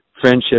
friendship